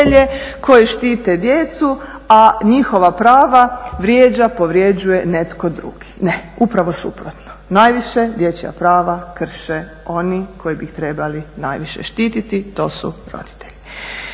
koji štite djecu, a njihova prava vrijeđa, povrjeđuje netko drugi. Ne, upravo suprotno, najviše dječja prava krše oni koji bi ih trebali najviše štititi to su roditelji.